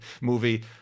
movie